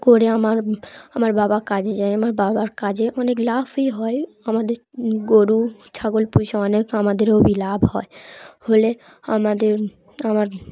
করে আমার আমার বাবা কাজে যায় আমার বাবার কাজে অনেক লাভই হয় আমাদের গরু ছাগল পুষে অনেক আমাদের ওই লাভ হয় হলে আমাদের আমার